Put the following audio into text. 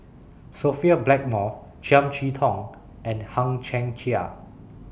Sophia Blackmore Chiam See Tong and Hang Chang Chieh